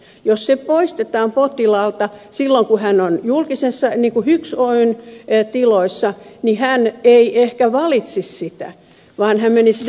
jos se poistetaan potilaalta silloin kun hän on julkisissa kuten hyks oyn tiloissa niin hän ei ehkä valitsisi sitä vaan hän menisi dextraan